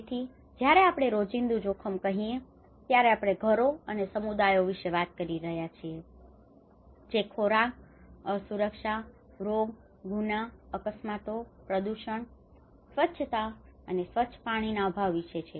તેથી જ્યારે આપણે રોજિંદુ જોખમ કહીએ ત્યારે આપણે ઘરો અને સમુદાયો વિશે વાત કરી રહ્યા છીએ જે ખોરાક અસુરક્ષા રોગ ગુના અકસ્માતો પ્રદૂષણ સ્વચ્છતા અને સ્વચ્છ પાણીના અભાવ વિશે છે